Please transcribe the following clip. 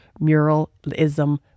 muralism